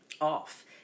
off